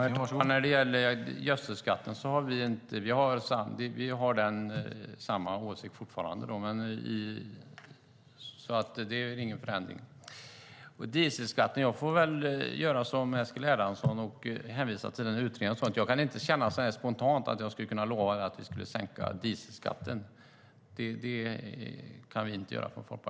Herr talman! När det gäller gödselskatten har vi samma åsikt fortfarande, så det är ingen förändring.